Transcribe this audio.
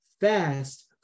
fast